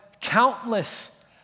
countless